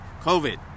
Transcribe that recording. COVID